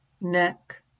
neck